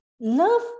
Love